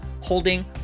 holding